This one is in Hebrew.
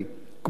כמו כן,